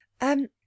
Um—